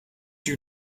you